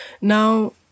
Now